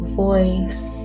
voice